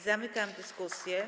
Zamykam dyskusję.